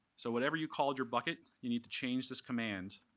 so whatever you called your bucket, you need to change this command.